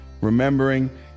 remembering